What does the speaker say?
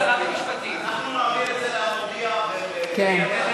לשר לשירותי דת נתקבלה.